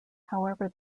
however